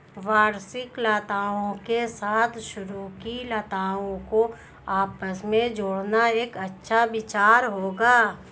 वार्षिक लताओं के साथ सरू की लताओं को आपस में जोड़ना एक अच्छा विचार होगा